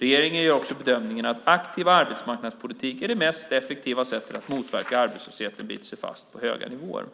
Regeringen gör också bedömningen att aktiv arbetsmarknadspolitik är det mest effektiva sättet att motverka att arbetslösheten biter sig fast på höga nivåer.